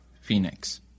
Phoenix